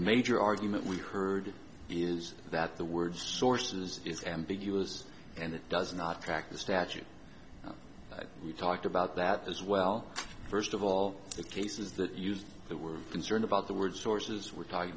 major argument we heard is that the word sources is ambiguous and it does not track the statute you talked about that as well first of all the cases that used that were concerned about the word sources we're talking